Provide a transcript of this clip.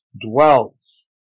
dwells